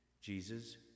Jesus